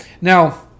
Now